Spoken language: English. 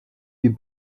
you